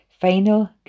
Final